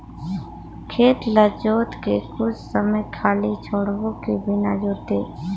खेत ल जोत के कुछ समय खाली छोड़बो कि बिना जोते?